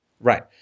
right